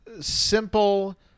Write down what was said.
simple